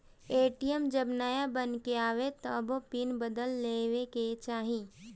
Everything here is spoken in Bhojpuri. ए.टी.एम जब नाया बन के आवे तबो पिन बदल लेवे के चाही